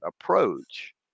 approach